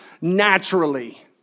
naturally